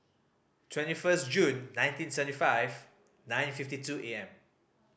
twenty first June nineteen seventy five nine fifty two A M